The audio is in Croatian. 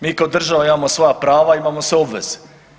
Mi kao država imamo svoja prava i imamo svoje obveze.